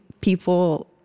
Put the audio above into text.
people